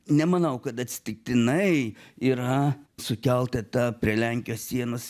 nemanau kad atsitiktinai yra sukelta ta prie lenkijos sienos